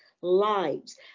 lives